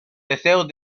deseos